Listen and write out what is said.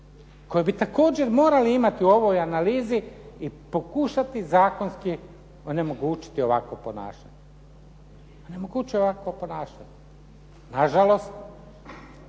koje bi također morali imati u ovoj analizi i pokušati zakonski onemogućiti ovakvo ponašanje. Onemogućiti ovakvo ponašanje. Nažalost,